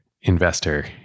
investor